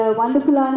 wonderful